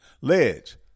Ledge